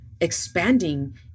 expanding